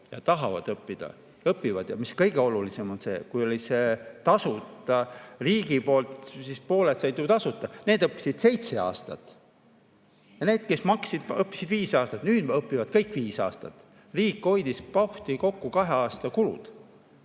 ja tahavad õppida, õpivad. Kõige olulisem on see, et kui see oli tasuta riigi poolt, siis pooled said ju tasuta ja need õppisid seitse aastat, aga need, kes maksid, õppisid viis aastat. Nüüd õpivad kõik viis aastat. Riik hoidis pauhti kokku kahe aasta kulud.